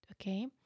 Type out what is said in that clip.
Okay